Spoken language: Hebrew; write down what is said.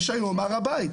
יש היום הר הבית.